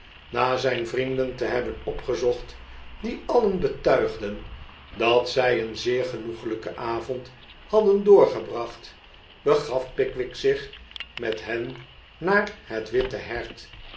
na zijn vrienden te hebben opgezocht die alien be'tuigden dat zij een zeer genoeglijken avond hadden doorgebracht begaf pickwick zich met hen naar het witte hert